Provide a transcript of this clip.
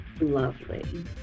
Lovely